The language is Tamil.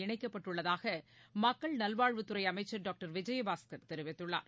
இணைக்கப்பட்டுள்ளதாக மக்கள் நல்வாழ்வுத் துறை அமைச்சர் டாக்டர் விஜயபாஸ்கர் தெரிவித்துள்ளார்